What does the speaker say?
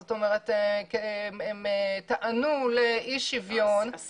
זאת אומרת, הן טענו לאי שוויון ותחרות לא הוגנת.